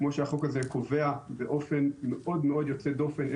כמו שהחוק הזה קובע באופן מאוד מאוד יוצא דופן,